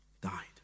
died